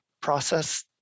process